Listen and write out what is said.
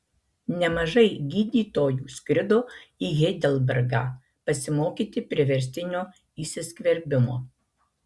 nemažai gydytojų skrido į heidelbergą pasimokyti priverstinio įsiskverbimo